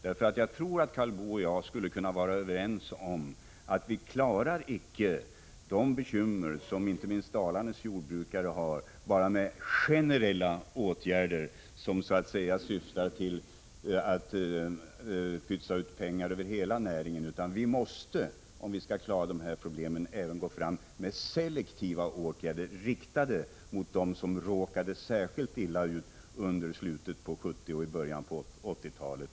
Jag tror nämligen att Karl Boo och jag skulle kunna vara överens om att vi icke klarar de bekymmer som inte minst Dalarnas jordbrukare har med enbart generella åtgärder som syftar till att ”pytsa ut” pengar över hela näringen. Om vi skall klara dessa problem, måste vi även gå fram med selektiva åtgärder, riktade till dem som råkade särskilt illa ut i slutet av 1970-talet och i början av 1980-talet.